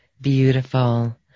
Beautiful